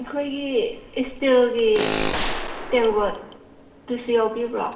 ꯑꯩꯈꯣꯏꯒꯤ ꯏꯁꯇꯤꯜꯒꯤ ꯇꯦꯡꯒꯣꯠꯇꯨꯁꯨ ꯌꯥꯎꯕꯤꯕ꯭ꯔꯣ